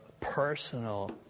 personal